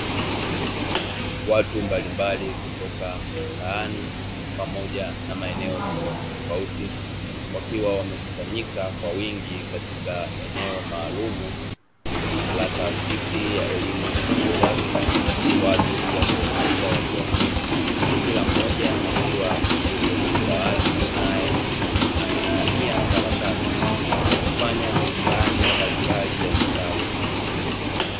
Watu mbalimbali kutoka mitaani pamoja na maeneo tofautitofauti, wakiwa wamekusanyika kwa wingi katika eneo maalumu la taasisi ya elimu isiyo rasmi kwa ajili ya kuelimisha watu wazima, kila mmoja akiwa yupo kwenye dawati naye ameinamia karatasi wakifanya mitihani mbalimbali ya kitaaluma.